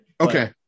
Okay